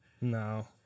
No